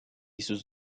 sus